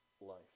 life